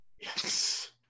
Yes